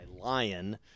Lion